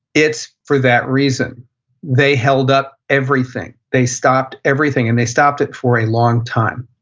it's for that reason they held up everything. they stopped everything, and they stopped it for a long time.